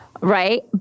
Right